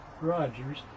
Rogers